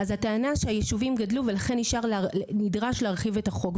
אז הטענה שהיישובים גדלו ולכן נדרש להרחיב את החוק.